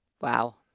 Wow